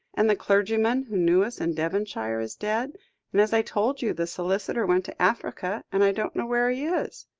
and the clergyman who knew us in devonshire is dead and, as i told you, the solicitor went to africa and i don't know where he is.